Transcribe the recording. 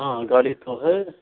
हाँ गाड़ी तो है